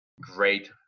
great